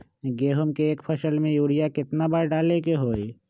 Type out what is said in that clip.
गेंहू के एक फसल में यूरिया केतना बार डाले के होई?